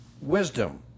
wisdom